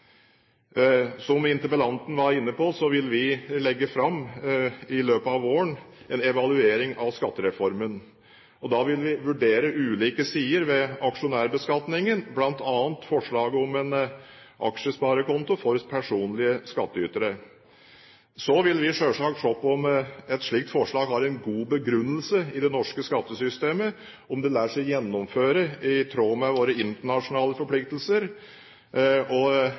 Som interpellanten var inne på, vil vi i løpet av våren legge fram en evaluering av skattereformen. Da vil vi vurdere ulike sider ved aksjonærbeskatningen, bl.a. forslaget om en aksjesparekonto for personlige skattytere. Så vil vi selvsagt se på om et slikt forslag har en god begrunnelse i det norske skattesystemet, og om det lar seg gjennomføre i tråd med våre internasjonale forpliktelser.